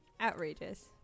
Outrageous